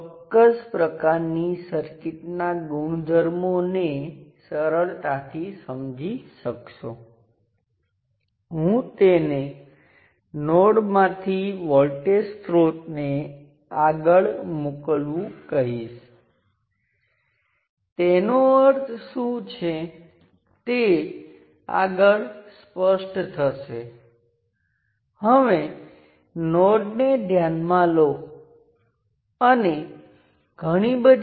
ચાલો કહીએ કે તમારી પાસે ઘણાં બધાં સ્વતંત્ર સ્રોત અને રેખીય ઘટકો સાથેની સર્કિટ છે અલબત્ત રેખીય ઘટકો એટ્લે કે રેખીય નિયંત્રિત સ્રોત રેખીય રેઝિસ્ટર મૂળભૂત રીતે નિયંત્રિત સ્ત્રોત અને રેઝિસ્ટર્સને આપણે અત્યાર સુધી ધ્યાનમાં લીધું